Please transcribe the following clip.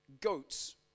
goats